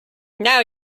now